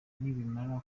nibimara